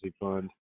fund